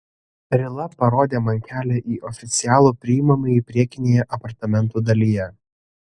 rila parodė man kelią į oficialų priimamąjį priekinėje apartamentų dalyje